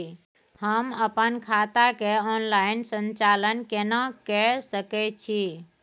हम अपन खाता के ऑनलाइन संचालन केना के सकै छी?